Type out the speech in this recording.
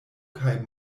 kaj